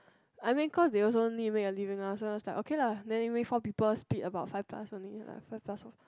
I mean cause they also need make a living lah so it is like okay lah then we wait four people split about five plus only lah five plus